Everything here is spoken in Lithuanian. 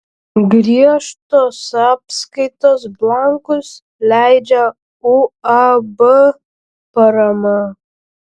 griežtos apskaitos blankus leidžia uab parama